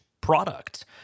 product